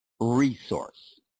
resource